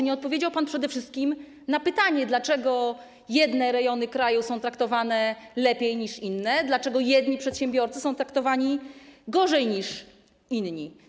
Nie odpowiedział pan przede wszystkim na pytanie o to, dlaczego jedne rejony kraju są traktowane lepiej niż inne, dlaczego jedni przedsiębiorcy są traktowani gorzej niż inni.